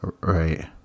Right